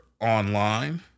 online